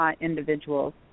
individuals